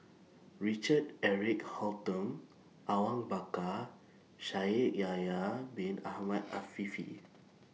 Richard Eric Holttum Awang Bakar Shaikh Yahya Bin Ahmed Afifi